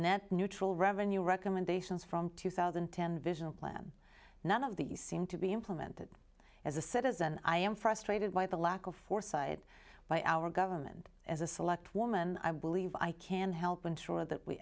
net neutral revenue recommendations from two thousand and ten vision plan none of these seem to be implemented as a citizen i am frustrated by the lack of foresight by our government as a select woman i believe i can help ensure that we